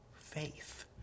Faith